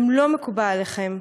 לא מקובל עליכם,